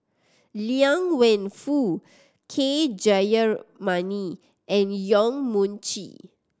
Liang Wenfu K Jayamani and Yong Mun Chee